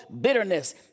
bitterness